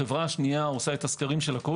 החברה השנייה עושה את הסקרים שלה.